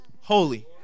holy